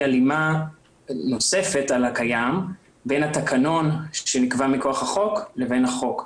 הלימה נוספת על הקיים בין התקנון שנקבע מכוח החוק לבין החוק.